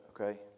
okay